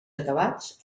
acabats